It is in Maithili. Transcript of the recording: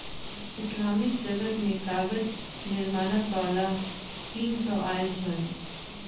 इस्लामिक जगत मे कागज निर्माणक कला चीन सॅ आयल छल